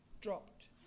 dropped